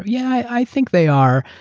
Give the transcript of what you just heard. yeah, i think they are.